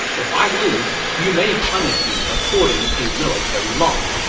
if i lose, you may punish me according to military law.